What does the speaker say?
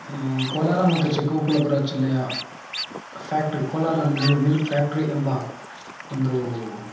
ಕೋಲಾರ ಮತ್ತು ಚಿಕ್ಕಪುಳ್ಳಾಪುರ ಜಿಲ್ಲೆಯ factory Kolar mill milk factory ಎಂಬ ಒಂದು